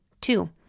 Two